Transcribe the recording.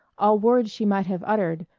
all words she might have uttered,